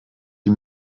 die